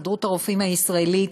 הסתדרות הרופאים הישראלית,